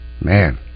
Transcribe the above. Man